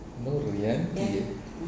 nuryanti eh